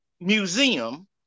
museum